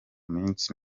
minsi